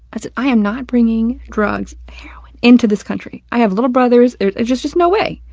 i said, i am not bringing drugs into this country. i have little brothers there's just just no way.